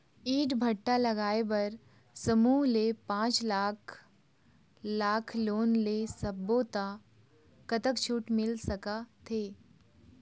ईंट भट्ठा लगाए बर समूह ले पांच लाख लाख़ लोन ले सब्बो ता कतक छूट मिल सका थे?